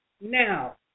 Now